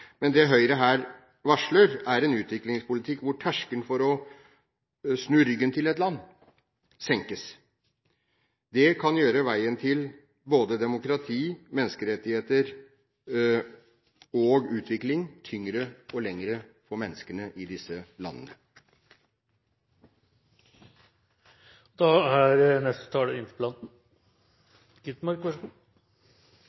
Men det Høyre her varsler, er en utviklingspolitikk hvor terskelen for å snu ryggen til et land senkes. Det kan gjøre veien til både demokrati, menneskerettigheter og utvikling tyngre og lengre for menneskene i disse landene.